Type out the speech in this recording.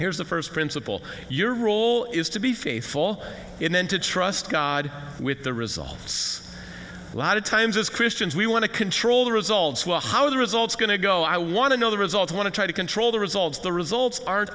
here's the first principle your role is to be faithful and then to trust god with the results a lot of times as christians we want to control the results well how are the results going to go i want to know the results want to try to control the results the results are